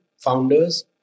founders